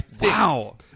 Wow